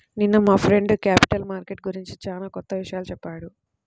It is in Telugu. నిన్న మా ఫ్రెండు క్యాపిటల్ మార్కెట్ గురించి చానా కొత్త విషయాలు చెప్పాడు